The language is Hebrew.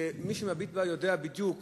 שמי שמביט בה יודע בדיוק